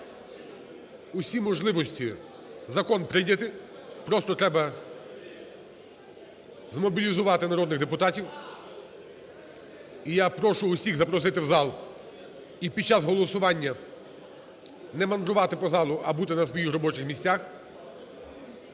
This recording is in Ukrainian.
усі можливості закон прийняти, просто треба змобілізувати народних депутатів. І я прошу усіх запросити в зал і під час голосування не мандрувати по залу, а бути на своїх робочих місцях.